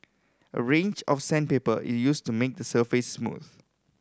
a range of sandpaper is used to make the surface smooth